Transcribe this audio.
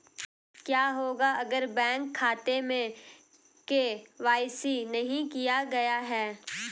क्या होगा अगर बैंक खाते में के.वाई.सी नहीं किया गया है?